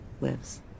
lives